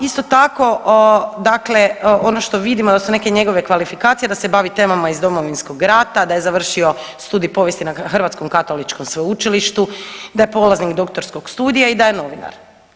Isto tako dakle ono što vidio da su neke njegove kvalifikacije da se bavi temama iz Domovinskog rata, da je završio studij povijesti na Hrvatskom katoličkom sveučilištu, da je polaznik doktorskog studija i da je novinar.